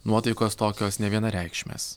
nuotaikos tokios nevienareikšmės